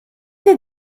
did